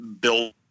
build